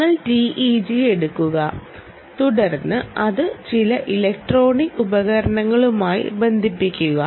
നിങ്ങൾ TEG എടുക്കുക തുടർന്ന് അത് ചില ഇലക്ട്രോണിക് ഉപകരണങ്ങളുമായി ബന്ധിപ്പിക്കുക